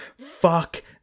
fuck